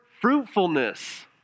fruitfulness